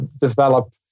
develop